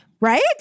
Right